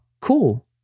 Cool